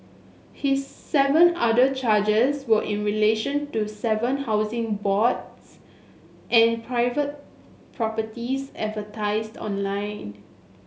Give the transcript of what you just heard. his seven other charges were in relation to seven Housing Boards and private properties advertised online